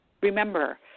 Remember